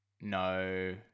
No